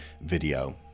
video